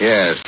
Yes